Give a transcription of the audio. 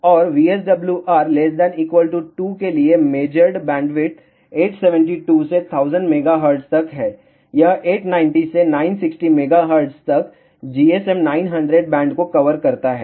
औरVSWR ≤ 2 के लिए measured bandwidth 872 से 1000 MHz तक है यह 890 से 960 MHz तक GSM 900 बैंड को कवर करता है